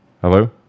Hello